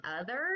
others